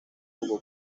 hugo